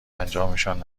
انجامشان